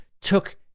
took